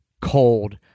cold